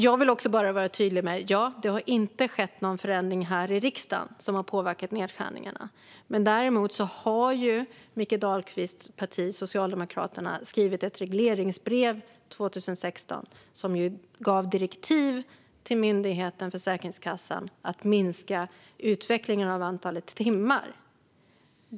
Jag vill också vara tydlig med att det visserligen inte har skett någon förändring här i riksdagen som har påverkat nedskärningarna, men däremot skrev ju Mikael Dahlqvists parti Socialdemokraterna år 2016 ett regleringsbrev som gav direktiv till myndigheten Försäkringskassan att bromsa utvecklingen av antalet timmar.